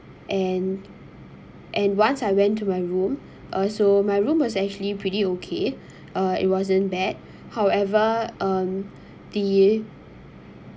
and and once I went to my room also my room was actually pretty okay uh it wasn't bad however um the